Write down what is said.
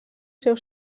seu